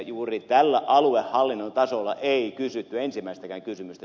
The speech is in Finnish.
juuri tällä aluehallinnon tasolla ei kysytty ensimmäistäkään kysymystä